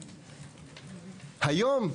היום,